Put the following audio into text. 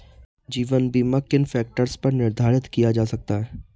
जीवन बीमा किन फ़ैक्टर्स पर निर्धारित किया जा सकता है?